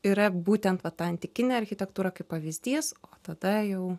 yra būtent va ta antikinė architektūra kaip pavyzdys o tada jau